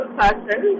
person